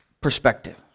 perspective